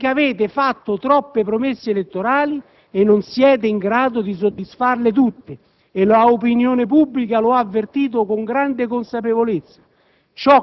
perché avete fatto troppe promesse elettorali e non siete in grado di soddisfarle tutte: l'opinione pubblica lo ha avvertito con grande consapevolezza;